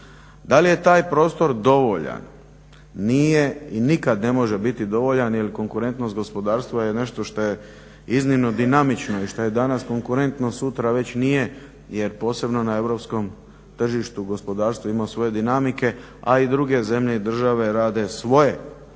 Da li je taj prostor dovoljan? Nije i nikad ne može biti dovoljan jel konkurentnost gospodarstva je nešto što je iznimno dinamično i što je danas konkurentno sutra već nije jer posebno na europskom tržištu gospodarstvo ima svoje dinamike a i druge zemlje i države rade svoje